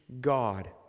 god